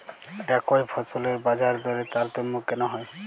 একই ফসলের বাজারদরে তারতম্য কেন হয়?